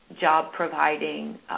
job-providing